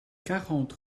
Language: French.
quarante